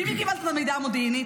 ממי קיבלת את המידע המודיעיני?